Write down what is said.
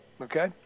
Okay